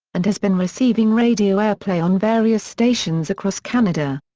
and has been receiving radio airplay on various stations across canada.